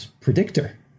predictor